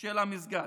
של המסגד.